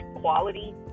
quality